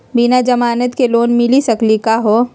बिना जमानत के लोन मिली सकली का हो?